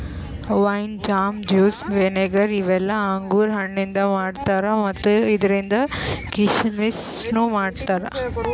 wine, jam, juice, vinegar ಇವೆಲ್ಲ ಅಂಗುರ್ ಹಣ್ಣಿಂದ್ ಮಾಡ್ತಾರಾ ಮತ್ತ್ ಇದ್ರಿಂದ್ ಕೀಶಮಿಶನು ಮಾಡ್ತಾರಾ